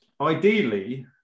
ideally